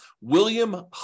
William